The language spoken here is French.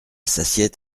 s’assied